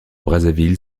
brazzaville